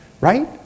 Right